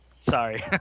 sorry